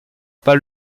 pas